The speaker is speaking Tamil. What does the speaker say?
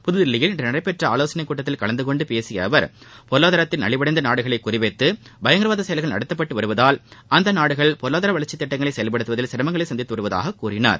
புதுதில்லியில் இன்று நடைபெற்ற ஆலோசனைக் கூட்டத்தில் கலந்துகொண்டு பேசிய அவர் பொருளாதாரத்தில் நலிவடைந்த நாடுகளை குறிவைத்து பயங்கரவாத செயல்கள் நடத்தப்பட்டு வருவதால் அந்த நாடுகளில் பொருளாதார வளர்ச்சி திட்டங்களை செயல்படுத்துவதில் சிரமங்களை சந்தித்து வருவதாக கூறினார்